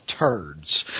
turds